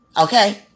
Okay